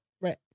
right